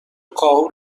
کاهو